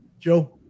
Joe